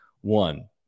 One